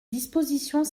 dispositions